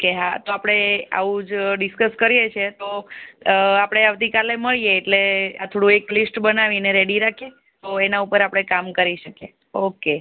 એ હા તો આપણે આવું જ ડિસકસ કરીએ છીએ તો આપણે આવતીકાલે મળીએ એટલે આ થોડું એક લિસ્ટ બનાવીને રેડી રાખીએ તો એના ઉપર આપણે કામ કરી શકીએ ઓકે